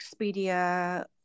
Expedia